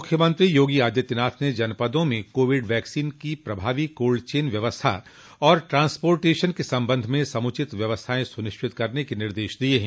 मुख्यमंत्री योगी आदित्यनाथ ने जनपदों में कोविड वैक्सीन की प्रभावी कोल्ड चेन व्यवस्था और ट्रांसपोटेशन को संबंध में समुचित व्यवस्थायें सुनिश्चित करने के निर्देश दिये हैं